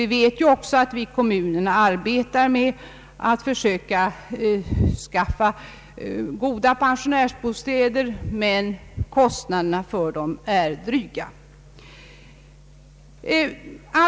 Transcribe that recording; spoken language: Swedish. Vi vet att det i kommunerna görs mycket för att skaffa fram goda pensionärsbostäder, men kostnaderna för dem är dryga.